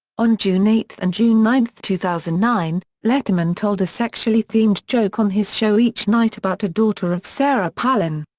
on june eight and june nine, two thousand and nine, letterman told a sexually-themed joke on his show each night about a daughter of sarah palin.